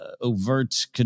overt